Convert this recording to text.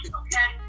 okay